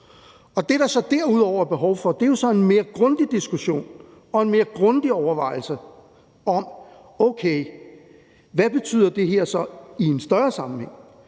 Og det, der så derudover er behov for, er jo så en mere grundig diskussion og en mere grundig overvejelse om, at okay, hvad betyder det her så i en større sammenhæng?